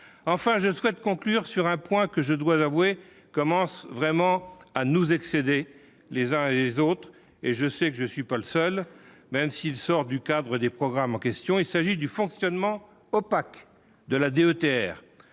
enfin je souhaite conclure sur un point que je dois l'avouer commence vraiment à nous, excédés, les uns et les autres et je sais que je ne suis pas le seul, même s'il sort du cadre des programmes en question, il s'agit du fonctionnement opaque de la DETR,